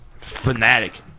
Fanatic